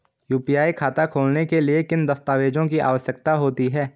UPI खाता खोलने के लिए किन दस्तावेज़ों की आवश्यकता होती है?